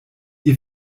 ihr